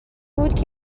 بود